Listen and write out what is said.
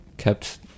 kept